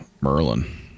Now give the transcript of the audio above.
Merlin